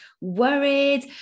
worried